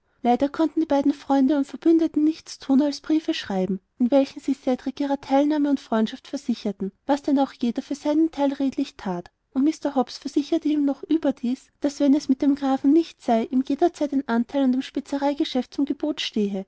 leider konnten die beiden freunde und verbündeten nichts thun als briefe schreiben in welchen sie cedrik ihrer teilnahme und freundschaft versicherten was denn auch jeder für seinen teil redlich that und mr hobbs versicherte ihm noch überdies daß wenn es mit dem grafen nichts sei ihm jederzeit ein anteil an dem spezereigeschäft zu gebot stehe